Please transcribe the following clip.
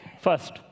First